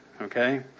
okay